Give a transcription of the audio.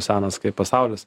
senas kaip pasaulis